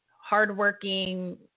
hardworking